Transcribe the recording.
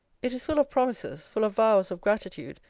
it is full of promises, full of vows of gratitude,